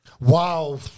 Wow